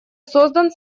создан